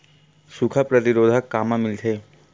सुखा प्रतिरोध कामा मिलथे?